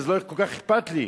אז לא כל כך אכפת לי.